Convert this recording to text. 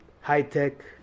high-tech